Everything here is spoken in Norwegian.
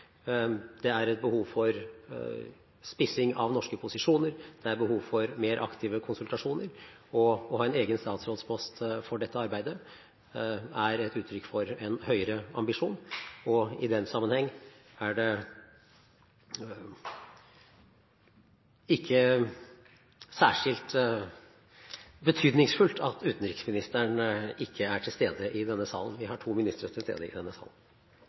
det er et behov for spissing av norske posisjoner, det er et behov for mer aktive konsultasjoner, og det å ha en egen statsrådspost for dette arbeidet er et uttrykk for en høyere ambisjon. Og i den sammenheng er det ikke særskilt betydningsfullt at utenriksministeren ikke er til stede i denne salen – vi har to ministre til stede i denne salen.